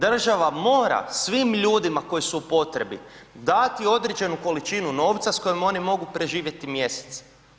Država mora svim ljudima koji su u potrebi dati određenu količinu novca s kojom oni mogu preživjeti mjesec.